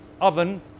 oven